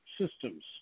systems